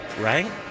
right